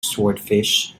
swordfish